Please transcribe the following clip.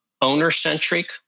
owner-centric